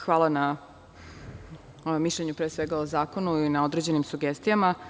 Hvala na mišljenju pre svega o zakonu i na određenim sugestijama.